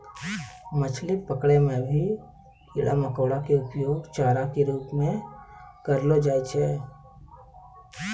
मछली पकड़ै मॅ भी कीड़ा मकोड़ा के उपयोग चारा के रूप म करलो जाय छै